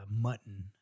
mutton